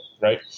right